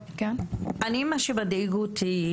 מה שמדאיג אותי,